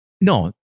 No